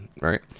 right